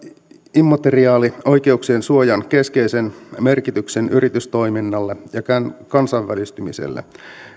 immateriaalioikeuksien suojan keskeisen merkityksen yritystoiminnalle ja kansainvälistymiselle